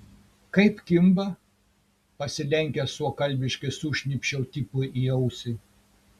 kaip kimba pasilenkęs suokalbiškai sušnypščiau tipui į ausį